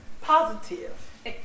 positive